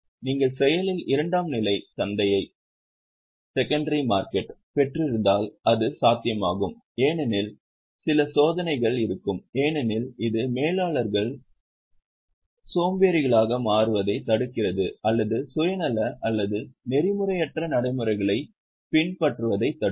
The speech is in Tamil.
நீங்கள் செயலில் இரண்டாம் நிலை சந்தையைப் பெற்றிருந்தால் அது சாத்தியமாகும் ஏனெனில் சில சோதனைகள் இருக்கும் ஏனெனில் இது மேலாளர்கள் சோம்பேறிகளாக மாறுவதைத் தடுக்கிறது அல்லது சுயநல அல்லது நெறிமுறையற்ற நடைமுறைகளைப் பின்பற்றுவதைத் தடுக்கும்